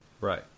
Right